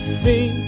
see